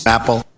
Apple